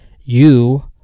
you-